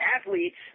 Athletes